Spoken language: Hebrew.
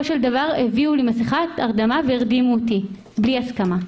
של דבר הביאו לי מסכת הרדמה והרדימו אותי בלי הסכמה".